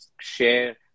share